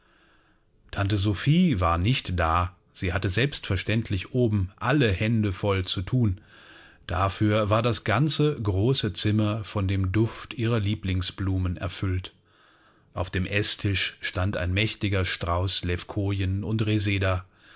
tante sophie war nicht da sie hatte selbstverständlich oben alle hände voll zu thun dafür war das ganze große zimmer von dem duft ihrer lieblingsblumen erfüllt auf dem eßtisch stand ein mächtiger strauß levkojen und